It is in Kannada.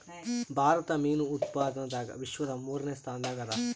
ಭಾರತ ಮೀನು ಉತ್ಪಾದನದಾಗ ವಿಶ್ವದ ಮೂರನೇ ಸ್ಥಾನದಾಗ ಅದ